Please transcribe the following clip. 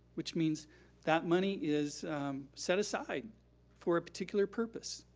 which means that money is set aside for a particular purpose,